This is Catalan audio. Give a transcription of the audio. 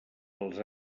pels